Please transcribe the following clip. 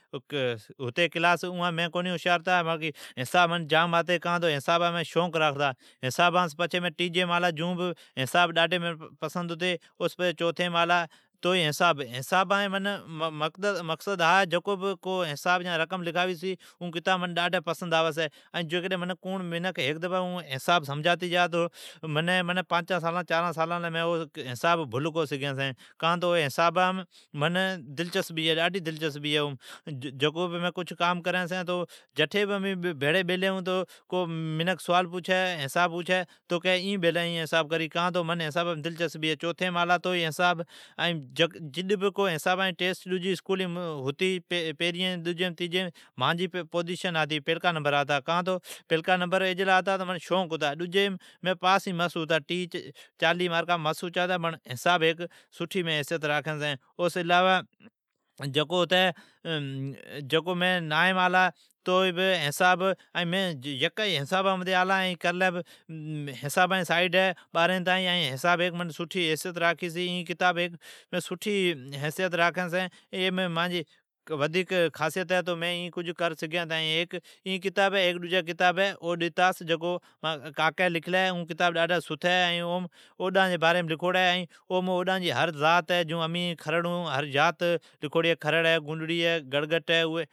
ھتی کلاس اوام مین کونی ھوشیار ھتا۔ حساب منین جام آتی کان تو مین حسابام مین شوق راکھتا۔ مین ٹیجیم آلا جڈ بھی حساب منین پسند ھتی، چوتھیم آلا جد بھی حساب منین پسند ھتی۔ حسابان جا مقصد ھا ہے تو جکو بھی منین حساب یا رقم لکھاوی چھی اون کتاب منین ڈاڈھی پسن آوی چھی۔ کوڑ منین ھیک دفا کوڑ حساب سکھاوی تو مین او مین چار پانچ سالا کونی بھولین کا تو منین اوام دلچسبی ہے۔ کٹھی کوڑ حساب ڈیئی تو کی کہ او بیلا ہین کان تو منین حسابام دلچسبی ہے۔ پیرییم دجیم تیجیم مین پیریون نمبر آتا کان تو منین شوق ھتا، مین پاس ئی مس ھتا، کان تو غساب ھیک سٹھی حیسیت راکھی چھی۔ ائین مین نائیم الا، مین باریھن تائین آلا مین یکا آلا ھی حسابام ہین ائین کرلی ئی حسابام ہے، حساب مانجیلی ھیک سٹھی حیسیت راکھی چھی۔ ھیک این کتاب ائین ڈجین کتابین۔ ھیک ائین کتاب ائین ڈجی اوڈ اتھاس جکو مانجی کاکی لکھلی ہے، اوم اوڈان جی باریم لکھڑی ہے۔ اوم ھر زات لکھوڑی ہے جیون امچی زات کھرڑ ہے، گرگٹ ہے، گونڈڑی ہے،